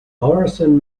morison